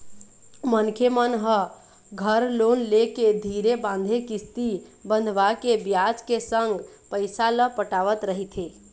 मनखे मन ह घर लोन लेके धीरे बांधे किस्ती बंधवाके बियाज के संग पइसा ल पटावत रहिथे